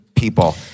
people